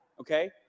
Okay